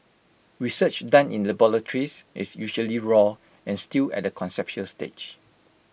research done in the boratories is usually raw and still at A conceptual stage